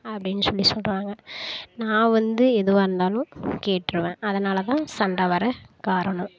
அப்டினு சொல்லி சொல்கிறாங்க நான் வந்து எதுவாக இருந்தாலும் கேட்டுருவேன் அதனால் தான் சண்டை வர காரணம்